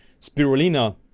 Spirulina